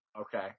Okay